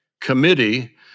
committee